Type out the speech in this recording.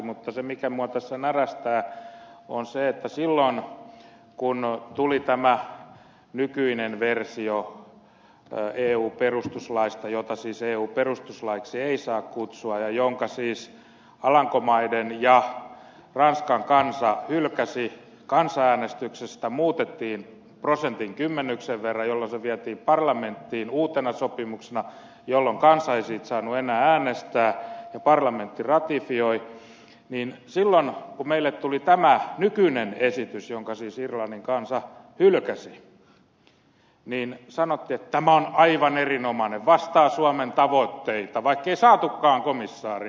mutta se mikä minua tässä närästää on se että silloin kun tuli tämä nykyinen versio eu perustuslaista jota siis eu perustuslaiksi ei saa kutsua ja jonka siis alankomaiden ja ranskan kansat hylkäsivät ja jota kansanäänestyksen perusteella muutettiin prosentin kymmenyksen verran jolloin se vietiin parlamenttiin uutena sopimuksena jolloin kansa ei siitä saanut enää äänestää ja parlamentti sen ratifioi eli silloin kun meille tuli tämä nykyinen esitys jonka siis irlannin kansa hylkäsi sanottiin että tämä on aivan erinomainen vastaa suomen tavoitteita vaikkei saatukaan komissaaria